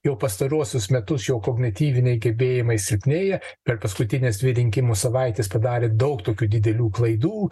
jau pastaruosius metus jo kognityviniai gebėjimai silpnėja per paskutines dvi rinkimų savaites padarė daug tokių didelių klaidų